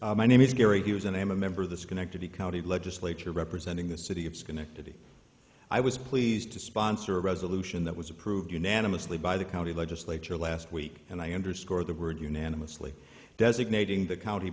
evening my name is gary he was and i am a member of the schenectady county legislature representing the city of schenectady i was pleased to sponsor a resolution that was approved unanimously by the county legislature last week and i underscore the word unanimously designating the county